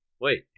wait